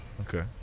okay